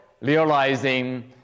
realizing